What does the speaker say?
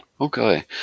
Okay